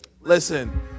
Listen